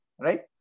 Right